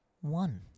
one